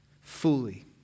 fully